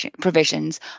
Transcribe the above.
provisions